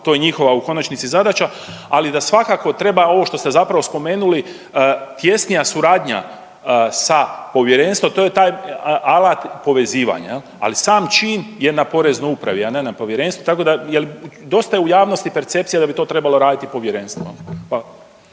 To je njihova u konačnici zadaća. Ali da svakako treba ovo što ste zapravo spomenuli tjesnija suradnja sa povjerenstvom to je taj alat povezivanja. Ali sam čin je na Poreznoj upravi, a ne na povjerenstvu tako da, jer dosta je u javnosti percepcija da bi to trebalo raditi povjerenstvo.